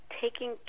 taking